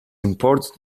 imported